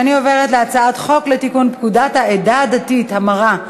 ואני עוברת להצעת חוק לתיקון פקודת העדה הדתית (המרה)